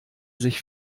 sich